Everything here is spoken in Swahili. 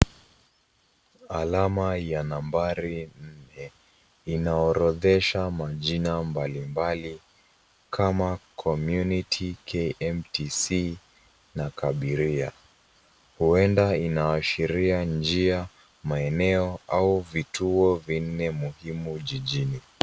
Alama ya nambari nne, inaorodhesha majina mbalimbali kama community, kmtc na Kabiria. Huenda inaashiria njia, maeneo au vituo vinne muhimu jijini.